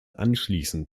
anschliessend